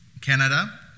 Canada